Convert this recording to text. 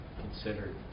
considered